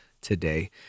today